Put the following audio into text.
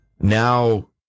now